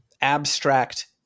abstract